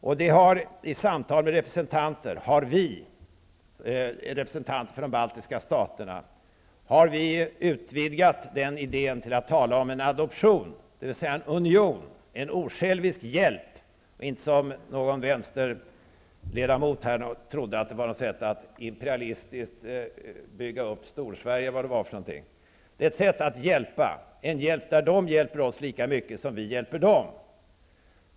Detta har vi vid samtal med representanter för de baltiska staterna utvidgat till att tala om en adoption, dvs. en union, en osjälvisk hjälp -- och inte som en vänsterledamot här trodde, att det var ett sätt att bygga upp ett imperialistiskt Storsverige. Det är ett sätt att hjälpa, en hjälp där de hjälper oss lika mycket som vi hjälper dem.